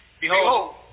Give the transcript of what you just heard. Behold